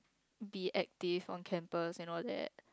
be active on campus and all that